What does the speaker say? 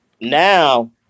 Now